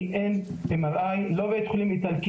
כי אין MRI. לא בבית החולים האיטלקי,